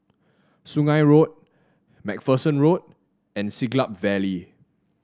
Sungei Road MacPherson Road and Siglap Valley